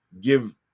give